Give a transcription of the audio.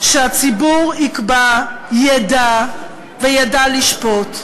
שהציבור יקבע, ידע, וידע לשפוט,